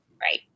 right